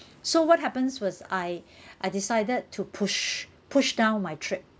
so what happens was I I decided to push push down my trip